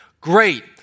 Great